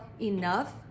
enough